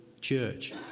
Church